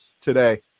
today